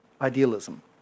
idealism